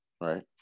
right